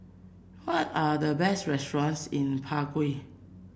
what are the best restaurants in Prague